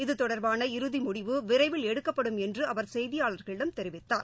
இத்தொடர்பான இறுதிமுடிவு விரைவில் எடுக்கப்படும் என்றுஅவர் செய்தியாளரிடம் தெரிவித்தார்